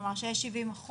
כלומר שיש 70%,